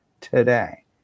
today